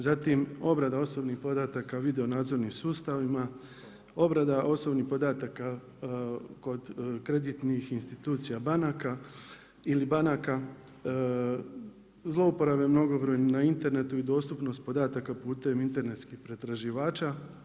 Zatim, obrada osobnih podataka video nadzornim sustavima, obrada osobnih podataka kod kreditnih institucija banaka ili banaka, zlouporaba mnogobrojnih na internetu i dostupnost podataka putem internetskih pretraživača.